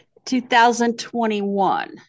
2021